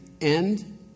end